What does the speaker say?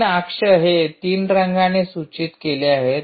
3 अक्ष हे 3 रंगाने सूचित केले आहेत